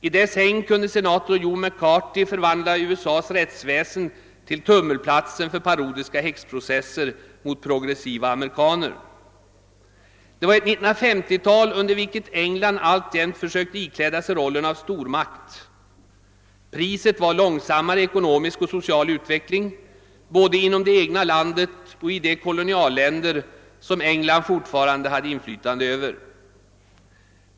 I dess hägn kunde senator Joe McCarthy förvandla USA:s rättsväsen till tummelplatsen för parodiska häxprocesser mot progressiva amerikaner. Det var ett 19530-tal under vilket England alltjämt försökte ikläda sig rollen av stormakt. Priset var långsammare ekonomisk och social utveckling både inom det egna landet och i de kolonialländer som England fortfarande hade inflytande över.